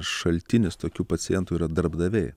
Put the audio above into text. šaltinis tokių pacientų yra darbdaviai